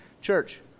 church